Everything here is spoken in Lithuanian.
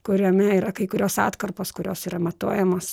kuriame yra kai kurios atkarpos kurios yra matuojamos